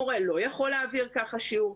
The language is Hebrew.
מורה לא יוכל להעביר ככה שיעור.